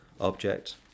object